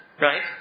right